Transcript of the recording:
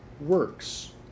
works